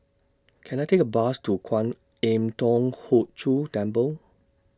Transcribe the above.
Can I Take A Bus to Kwan Im Thong Hood Cho Temple